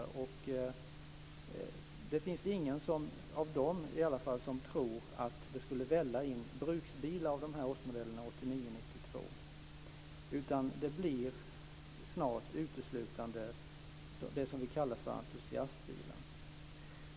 Det är i alla fall ingen av dem som tror att det skulle välla in bruksbilar av årsmodellerna 1989-1992, utan det blir snart uteslutande det som vi kallar för entusiastbilar.